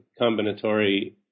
combinatory